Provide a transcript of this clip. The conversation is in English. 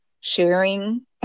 sharing